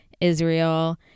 Israel